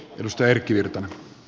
arvoisa puhemies